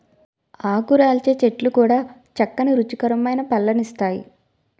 ఆకురాల్చే చెట్లు కూడా చక్కని రుచికరమైన పళ్ళను ఇస్తాయి